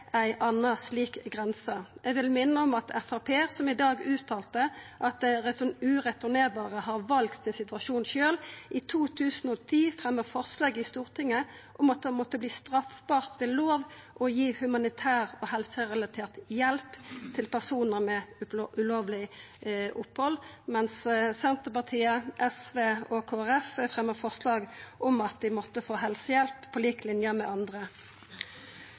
ei anna slik grense. Eg vil minna om at Framstegspartiet, som i dag uttalte at dei ureturnerbare har valt sin situasjon sjølv, i 2010 fremja forslag i Stortinget om at det måtte verta straffbart ved å lov å gi humanitær og helserelatert hjelp til personar med ulovleg opphald, mens Senterpartiet, SV og Kristeleg Folkeparti fremja forslag om at dei måtte få helsehjelp på lik linje med andre.